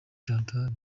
chantal